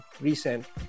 recent